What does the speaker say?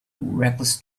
reckless